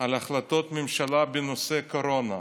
על החלטות הממשלה בנושא קורונה,